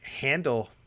handle